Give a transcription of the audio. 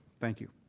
thank you.